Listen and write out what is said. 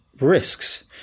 risks